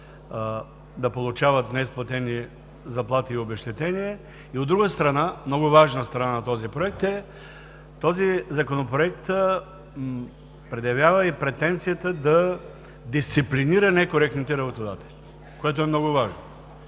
да получават неизплатени заплати и обезщетения и, от друга страна, много важна страна на този Законопроект е, че предявява и претенцията да дисциплинира некоректните работодатели, което е много важно.